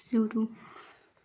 शुरू